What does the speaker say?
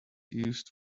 used